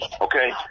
Okay